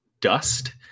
dust